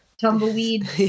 Tumbleweed